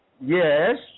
Yes